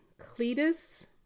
Cletus